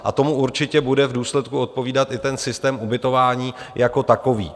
A tomu určitě bude v důsledku odpovídat i ten systém ubytování jako takový.